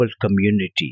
community